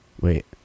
Wait